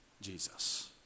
Jesus